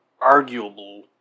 arguable